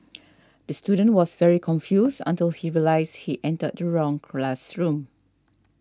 the student was very confused until he realised he entered the wrong classroom